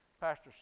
pastor